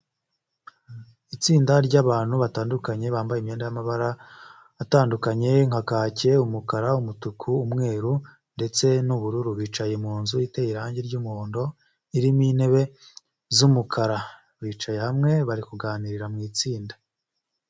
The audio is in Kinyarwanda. Itsinda ry'abantu batandukanye bambaye imyenda y'amabara atandukanye, nka kaki umukara, umutuku, umweru, ndetse n'ubururu bicaye munzu iteye irangi ry'umuhondo irimo intebe z'umukara, bicaye hamwe bari kuganira mu itsinda.